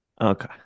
Okay